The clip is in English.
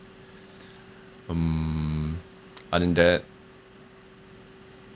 mm other than that